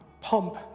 pump